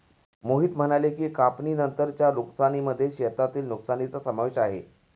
मोहित म्हणाले की, कापणीनंतरच्या नुकसानीमध्ये शेतातील नुकसानीचा समावेश आहे